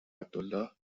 عبدالله